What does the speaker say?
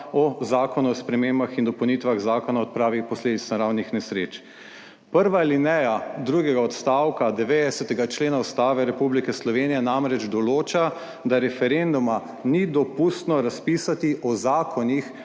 o Zakonu o spremembah in dopolnitvah Zakona o odpravi posledic naravnih nesreč. Prva alineja drugega odstavka 90. člena Ustave Republike Slovenije namreč določa, da referenduma ni dopustno razpisati o zakonih